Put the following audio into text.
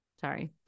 sorry